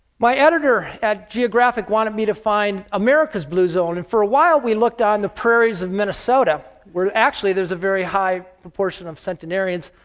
my editor at geographic wanted me to find america's blue zone. and for a while we looked on the prairies of minnesota, where actually there is a very high proportion of centenarians.